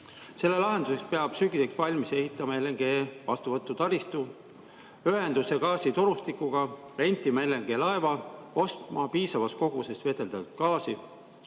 Selle lahenduseks peab sügiseks valmis ehitama LNG vastuvõtu taristu, ühenduse gaasitorustikuga, rentima LNG-laeva, ostma piisavas koguses [veeldatud] gaasi.